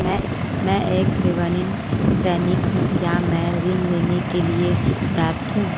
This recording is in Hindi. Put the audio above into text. मैं एक सेवानिवृत्त सैनिक हूँ क्या मैं ऋण लेने के लिए पात्र हूँ?